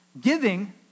giving